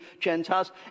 Gentiles